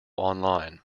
online